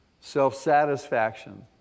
self-satisfaction